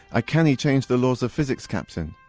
i cannae change the laws of physics, captain!